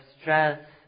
stress